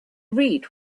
read